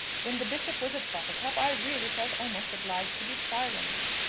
when the bishop was at buttercup i really felt almost obliged to be silent.